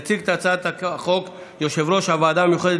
יציג את הצעת החוק יושב-ראש הוועדה המיוחדת